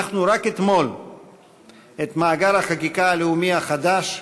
רק אתמול חנכנו את מאגר החקיקה הלאומי החדש.